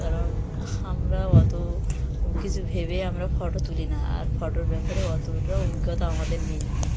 কারণ আমরা অত কিছু ভেবে আমরা ফটো তুলি না আর ফটোর ব্যাপারে অতটা অভিজ্ঞতা আমাদের নেই